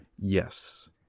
Yes